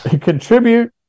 contribute